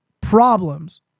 problems